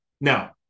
Now